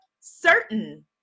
certain